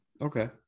Okay